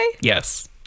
Yes